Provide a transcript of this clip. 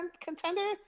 contender